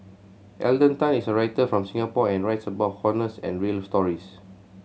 Alden Tan is a writer from Singapore and writes about honest and real stories